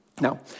Now